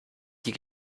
die